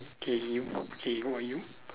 K you K who are you